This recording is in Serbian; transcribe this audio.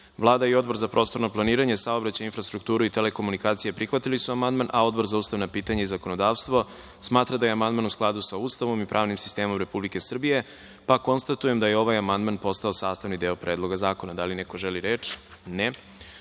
i Odbor za prostorno planiranje, saobraćaj, infrastrukturu i telekomunikacije prihvatili su amandman. Odbor za ustavna pitanja i zakonodavstvo smatra da je amandman u skladu sa Ustavom i pravnim sistemom Republike Srbije. Konstatujem da je ovaj amandman postao sastavni deo Predloga zakona. Da li neko želi reč? Reč